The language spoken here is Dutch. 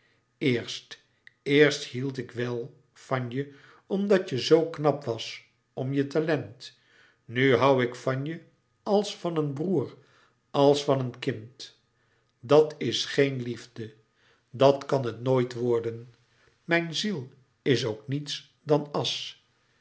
eerst eerst hield ik wel van je omdat je zoo knap was om je talent nu hoû ik van je als van een broêr als van een kind dat is geen liefde dat kan het nooit worden mijn ziel is ook niets dan asch